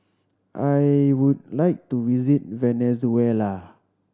I would like to visit Venezuela